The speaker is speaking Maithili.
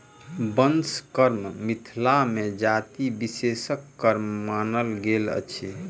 बंस कर्म मिथिला मे जाति विशेषक कर्म मानल गेल अछि